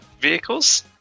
vehicles